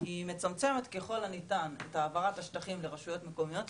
היא מצמצמת ככל הניתן את העברת השטחים לרשויות מקומיות,